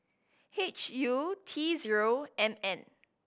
H U T zero M N